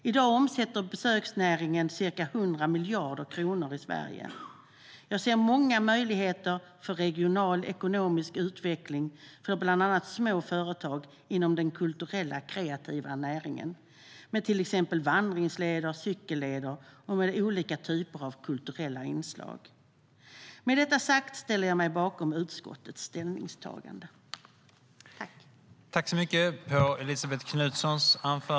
I dag omsätter besöksnäringen ca 100 miljarder kronor i Sverige.Med detta sagt ställer jag mig bakom utskottets ställningstagande.